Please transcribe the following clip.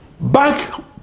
back